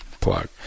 plug